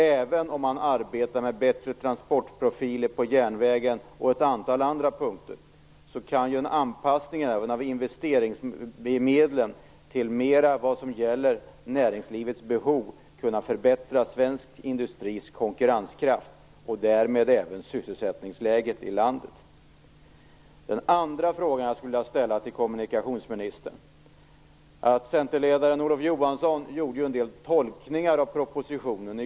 Även om man arbetar med bättre transportprofiler på järnvägen och ett antal andra punkter, kan en anpassning även av investeringsmedlen mera till vad som gäller näringslivets behov förbättra svensk industris konkurrenskraft och därmed även sysselsättningsläget i landet. Den andra frågan som jag skulle vilja ställa till kommunikationsministern gäller att centerledaren Olof Johansson i går gjorde en del tolkningar av propositionen.